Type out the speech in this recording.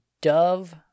Dove